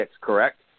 correct